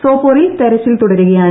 സോപ്പോറിൽ തെരച്ചിൽ തുടരുകയാണ്